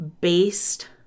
based